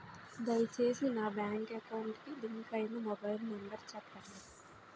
దయచేసి నా bank account కి లింక్ అయినా మొబైల్ నంబర్ చెప్పండి